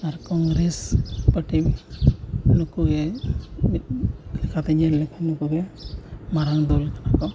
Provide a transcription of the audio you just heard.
ᱟᱨ Congress party ᱱᱩᱠᱩ ᱜᱮ ᱢᱤᱫ ᱞᱮᱠᱟᱛᱮ ᱧᱮᱞ ᱞᱮᱠᱷᱟᱱ ᱫᱚ ᱢᱟᱨᱟᱝ ᱫᱚᱞ ᱠᱚᱫᱚ